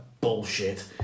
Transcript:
bullshit